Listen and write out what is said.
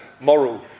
moral